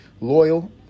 loyal